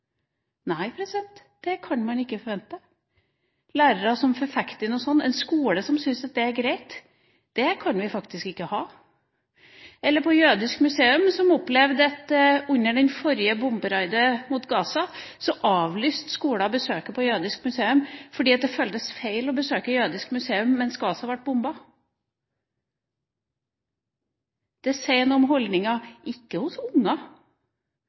Nei, det kan man ikke forvente. Lærere som forfekter noe sånt, og en skole som syns at det er greit – kan vi faktisk ikke ha. Eller f.eks. Jødisk Museum, som opplevde at under det forrige bomberaidet mot Gaza, avlyste skoler besøk på Jødisk Museum fordi det føltes feil å besøke et jødisk museum mens Gaza ble bombet. Det sier noe om holdninger – ikke hos